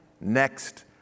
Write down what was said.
next